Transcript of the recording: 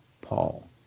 Paul